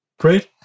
Great